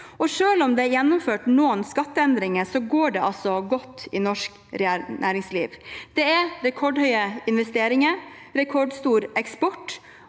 Selv om det er gjennomført noen skatteendringer, går det altså godt i norsk næringsliv. Det er rekordhøye investeringer, rekordstor eksport,